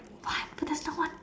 what I don't know what